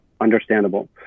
understandable